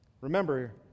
Remember